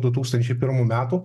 du tūkstančiai pirmų metų